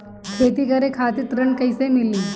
खेती करे खातिर ऋण कइसे मिली?